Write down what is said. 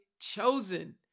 Chosen